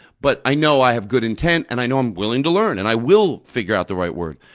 but i know i have good intent and i know i'm willing to learn, and i will figure out the right word.